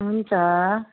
हुन्छ